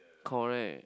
correct